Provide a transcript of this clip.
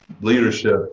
leadership